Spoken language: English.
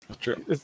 True